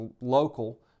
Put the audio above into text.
local